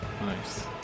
Nice